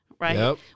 right